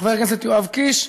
חבר הכנסת יואב קיש.